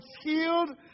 healed